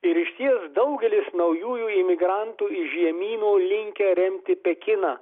ir išties daugelis naujųjų imigrantų iš žemyno linkę remti pekiną